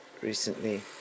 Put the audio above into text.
recently